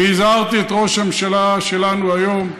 והזהרתי את ראש הממשלה שלנו היום,